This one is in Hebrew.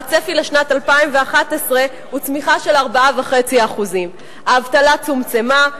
והצפי לשנת 2011 הוא צמיחה של 4.5%. האבטלה צומצמה,